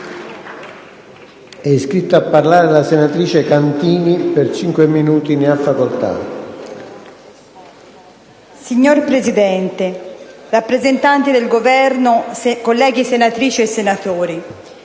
Signor Presidente, signora rappresentante del Governo, colleghi senatrici e senatori,